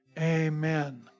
Amen